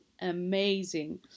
amazing